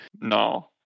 No